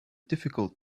difficult